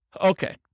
Okay